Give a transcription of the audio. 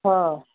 ਹਾਂ